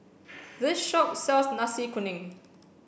this shop sells Nasi Kuning